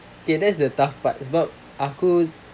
okay that's the tough part sebab aku